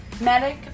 Medic